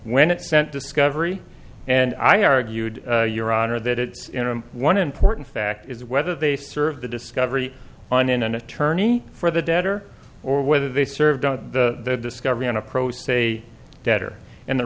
when it sent discovery and i argued your honor that it's one important fact is whether they serve the discovery on in an attorney for the debtor or whether they served on the discovery on a pro se debt or in the